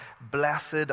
blessed